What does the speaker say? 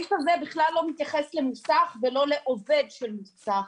הסעיף הזה בכלל לא מתייחס למוסך ולא לעובד של מוסך.